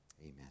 Amen